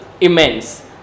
immense